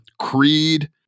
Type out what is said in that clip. Creed